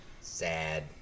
Sad